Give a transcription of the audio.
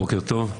בוקר טוב.